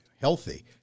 Healthy